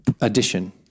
addition